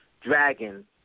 dragon